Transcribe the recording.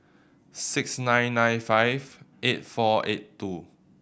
six nine nine five eight four eight two